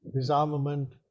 disarmament